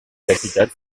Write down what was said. capitale